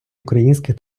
українських